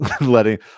letting